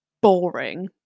boring